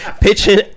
pitching